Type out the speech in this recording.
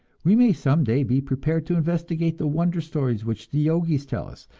we may some day be prepared to investigate the wonder stories which the yogis tell us,